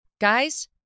Guys